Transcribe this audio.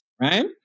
right